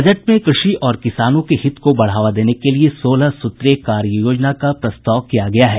budget में क़षि और किसानों के हित को बढ़ावा देने के लिए सोलह सूत्रीय कार्ययोजना का प्रस्ताव किया गया है